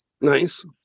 Nice